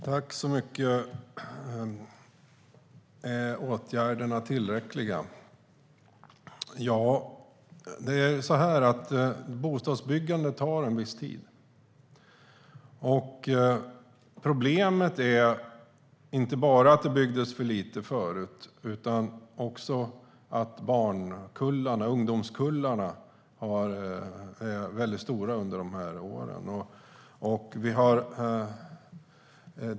Herr talman! Är åtgärderna tillräckliga? Bostadsbyggande tar viss tid. Problemet är inte bara att det byggdes för lite förut utan också att barnkullarna var stora under de här åren.